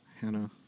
Hannah